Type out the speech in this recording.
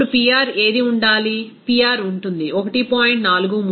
అప్పుడు Pr ఏది ఉండాలి Pr ఉంటుంది 1